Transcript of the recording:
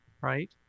right